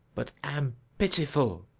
but am pitiful.